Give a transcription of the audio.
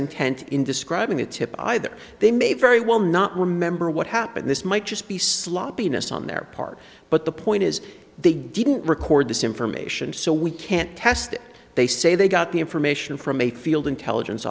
intent in describing a tip either they may very well not remember what happened this might just be sloppiness on their part but the point is they didn't record this information so we can't test it they say they got the information from a field intelligence